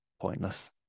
pointless